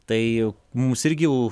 tai mums irgi